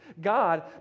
God